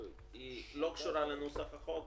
היא לא קשורה לנוסח החוק,